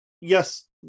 yes